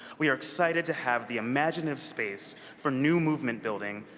we are excited to have the imaginative space for new movement building,